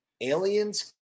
Aliens